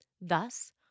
Thus